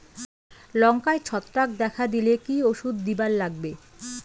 লঙ্কায় ছত্রাক দেখা দিলে কি ওষুধ দিবার লাগবে?